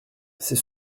c’est